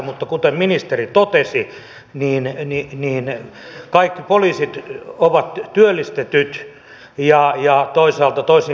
mutta kuten ministeri totesi kaikki poliisit ovat työllistetyt ja toisaalta toisinpäin